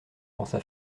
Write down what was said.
pensa